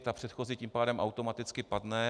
Ta předchozí tím pádem automaticky padne.